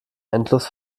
endlos